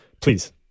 please